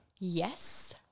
Yes